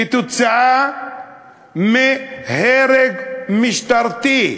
בגלל הרג משטרתי,